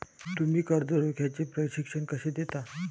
तुम्ही कर्ज रोख्याचे प्रशिक्षण कसे देता?